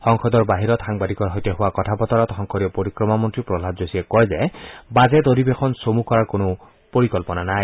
সংসদৰ বাহিৰত সাংবাদিকৰ সৈতে হোৱা কথা বতৰাত সংসদীয় পৰিক্ৰমা মন্ত্ৰী প্ৰহাদ যোশীয়ে কয় যে বাজেট অধিৱেশন চমু কৰাৰ কোনো পৰিকল্পনা নাই